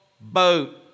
boat